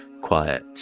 quiet